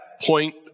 point